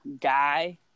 guy